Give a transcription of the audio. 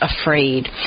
afraid